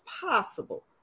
possible